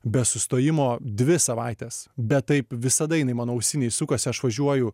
be sustojimo dvi savaites bet taip visada jinai mano ausinėj sukosi aš važiuoju